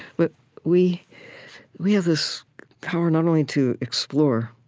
but we we have this power not only to explore,